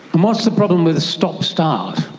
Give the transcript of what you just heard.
and what's the problem with stop start,